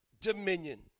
dominion